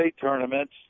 tournaments